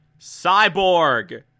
Cyborg